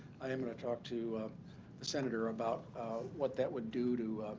i am going to talk to the senator about what that would do to